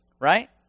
Right